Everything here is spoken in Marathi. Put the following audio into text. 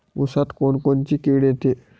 ऊसात कोनकोनची किड येते?